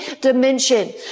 dimension